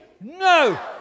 No